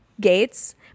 Gates